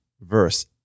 verse